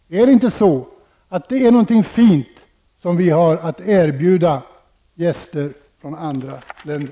Är inte det något fint som vi i Sverige har att erbjuda gäster från andra länder?